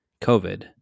COVID